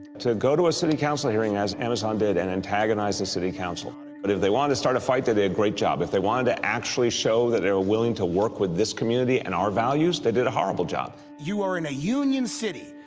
to go to a city council hearing, as amazon did, and antagonize the city council and and but if they wanted to start a fight, they did a great job. if they wanted to actually show that they were willing to work with this community and our values, they did a horrible job. you are in a union city.